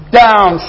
down